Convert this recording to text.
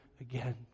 again